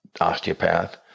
osteopath